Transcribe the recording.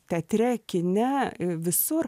teatre kine visur